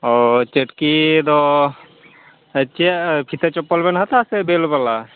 ᱚᱸᱻ ᱪᱟᱹᱴᱠᱤ ᱫᱚ ᱪᱮᱫ ᱯᱷᱤᱛᱟᱹ ᱪᱚᱯᱯᱚᱞ ᱵᱮᱱ ᱦᱟᱛᱟᱣᱟ ᱟᱥᱮ ᱥᱮ ᱵᱮᱞ ᱵᱟᱞᱟ